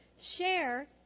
share